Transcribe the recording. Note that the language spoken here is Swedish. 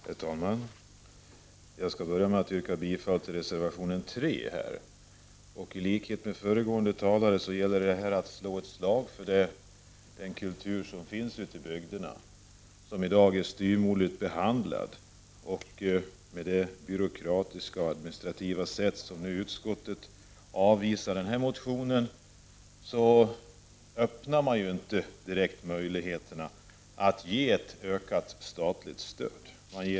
Herr talman! Jag skall börja med att yrka bifall till reservation 3. I likhet med föregående talare skall jag slå ett slag för den kultur som finns ute i bygderna. Den kulturen är i dag styvmoderligt behandlad. Med det byråkratiska och administrativa sätt på vilket utskottet avvisar den här motionen lämnas ju inte direkt möjligheter att ge ett ökat statligt stöd.